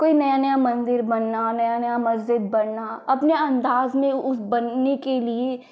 कोई नया नया मन्दिर बनना नया नया मस्ज़िद बनना अपने अन्दाज़ में उस बनने के लिए